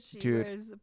dude